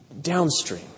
downstream